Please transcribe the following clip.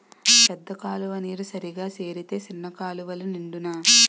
పెద్ద కాలువ నీరు సరిగా సేరితే సిన్న కాలువలు నిండునా